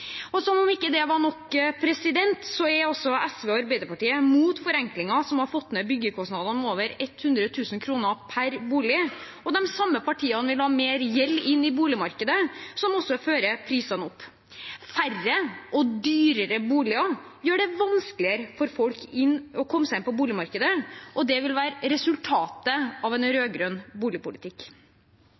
Som om ikke det var nok, er SV og Arbeiderpartiet imot forenklingen som har fått ned byggekostnadene med over 100 000 kr per bolig, og de samme partiene vil ha mer gjeld inn i boligmarkedet, noe som også fører prisene opp. Færre og dyrere boliger gjør det vanskeligere for folk å komme seg inn på boligmarkedet, og det vil være resultatet av en rød-grønn boligpolitikk.